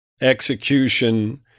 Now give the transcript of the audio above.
execution